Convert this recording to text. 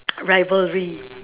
rivalry